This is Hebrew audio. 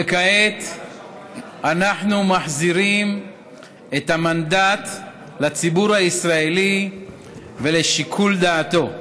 וכעת אנחנו מחזירים את המנדט לציבור הישראלי ולשיקול דעתו.